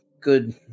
good